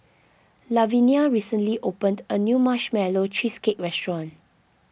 Lavinia recently opened a new Marshmallow Cheesecake restaurant